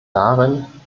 darin